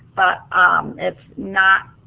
but it's not